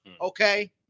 Okay